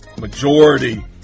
majority